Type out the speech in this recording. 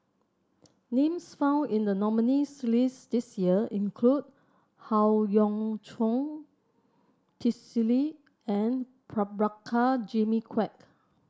names found in the nominees' list this year include Howe Yoon Chong Twisstii and Prabhakara Jimmy Quek